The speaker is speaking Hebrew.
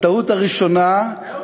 הטעות הראשונה, זהו?